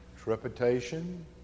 trepidation